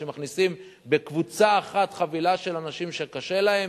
שמכניסים בקבוצה אחת חבילה של אנשים שקשה להם.